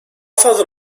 fazla